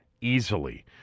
easily